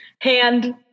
hand